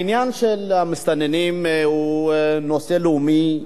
העניין של המסתננים הוא נושא לאומי,